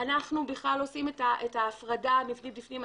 אנחנו בכלל עושים את ההפרדה המבנית בפנים,